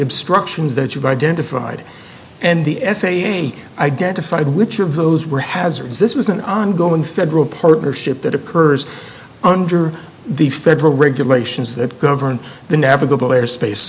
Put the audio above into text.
obstructions that you've identified and the f a a identified which of those were hazards this was an ongoing federal partnership that occurs under the federal regulations that govern the navigable airspace